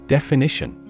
Definition